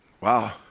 wow